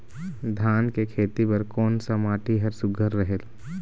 धान के खेती बर कोन सा माटी हर सुघ्घर रहेल?